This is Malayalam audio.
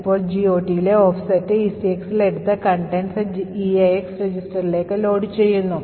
ഇപ്പോൾ GOTലെ offset ECXൽ എടുത്ത് contents EAX രജിസ്റ്ററിലേക്ക് ലോഡ് ചെയ്യുന്നു